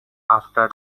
after